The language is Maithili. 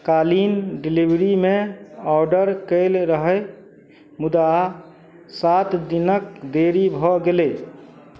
कालीन डिलिवरीमे ऑडर कएल गेल रहै मुदा सात दिनक देरी भऽ गेलै